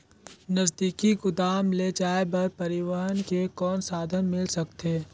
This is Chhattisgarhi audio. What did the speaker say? नजदीकी गोदाम ले जाय बर परिवहन के कौन साधन मिल सकथे?